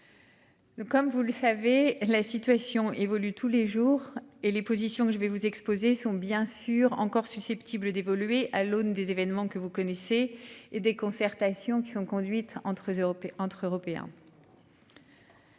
Comme vous le savez, la situation évolue tous les jours et les positions que je vais vous exposer sont bien sûr encore susceptible d'évoluer à l'aune des événements que vous connaissez et des concertations qui sont conduites entre Europe